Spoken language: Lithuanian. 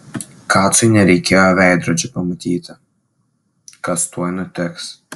kacui nereikėjo veidrodžio pamatyti kas tuoj nutiks